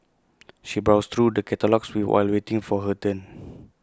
she browsed through the catalogues we while waiting for her turn